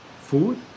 food